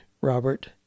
robert